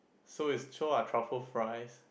so it's so are truffle fries